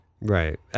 Right